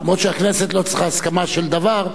אף שהכנסת לא צריכה הסכמה של דבר,